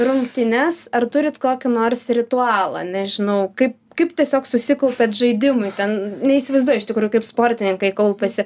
rungtynes ar turite kokį nors ritualą nežinau kaip kaip tiesiog susikaupiat žaidimui ten neįsivaizduoju iš tikrųjų kaip sportininkai kaupiasi